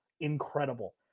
incredible